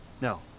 No